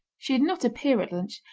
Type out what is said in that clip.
she did not appear at lunch,